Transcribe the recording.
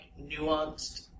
nuanced